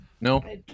No